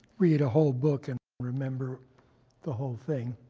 read a whole book and remember the whole thing.